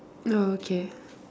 no okay